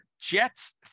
Jets